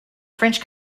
french